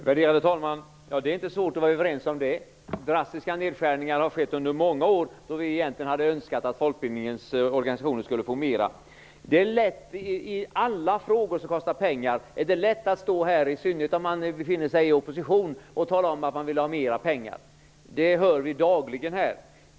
Värderade talman! Det är inte svårt att vara överens om det. Drastiska nedskärningar har skett under många år då vi egentligen har önskat att folkbildningens organisationer skulle få mer. Det är lätt att tala om att man vill ha mer pengar till alla verksamheter som kostar pengar -- i synnerhet om man befinner sig i opposition. Det hör vi dagligen.